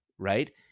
Right